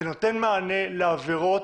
זה נותן מענה לעבירות,